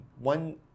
one